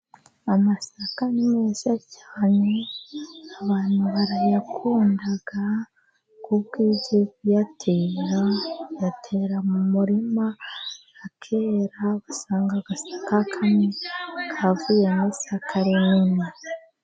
Amasaka ni meza cyane, abantu barayakunda, kuko iyo ugiye kuyatera, utera mu murima akera, ugasanga agasaka kamwe kavuyemo isaka rinini.